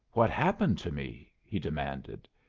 what happened to me? he demanded.